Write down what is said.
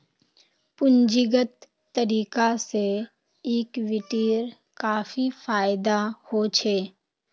पूंजीगत तरीका से इक्विटीर काफी फायेदा होछे